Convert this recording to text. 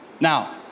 Now